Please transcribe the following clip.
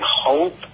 hope